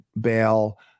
bail